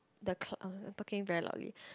the cl~ oh I talking very loudly